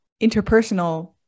interpersonal